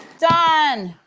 done!